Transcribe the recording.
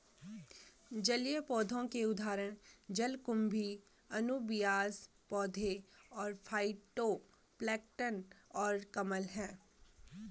जलीय पौधों के उदाहरण जलकुंभी, अनुबियास पौधे, फाइटोप्लैंक्टन और कमल हैं